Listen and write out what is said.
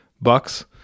bucks